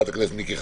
מיקי חיימוביץ,